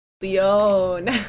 Leon